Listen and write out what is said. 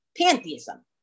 pantheism